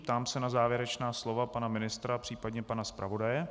Ptám se na závěrečná slova pana ministra, případně pana zpravodaje.